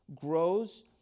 grows